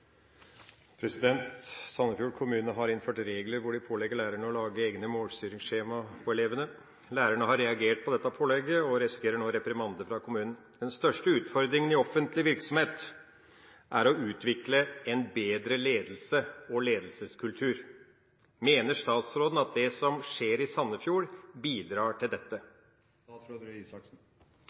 kommune har innført regler hvor de pålegger lærerne å lage egne målstyringsskjema på elevene. Lærerne har reagert på dette pålegget og risikerer nå reprimande fra kommunen. Den største utfordringen i offentlig virksomhet er å utvikle en bedre ledelse og ledelseskultur. Mener statsråden at det som skjer i Sandefjord, bidrar til dette?»